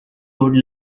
road